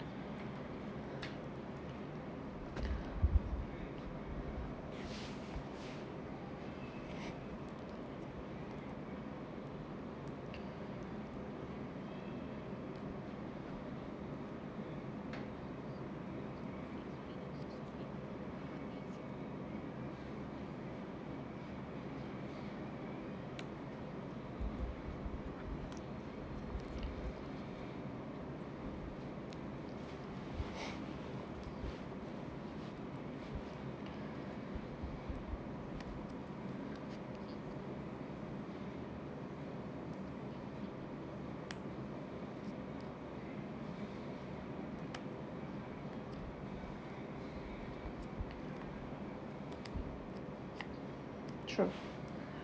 true